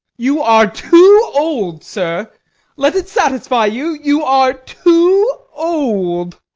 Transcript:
you are too old, sir let it satisfy you, you are too old.